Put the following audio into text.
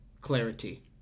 clarity